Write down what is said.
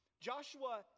Joshua